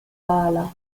pala